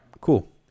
Cool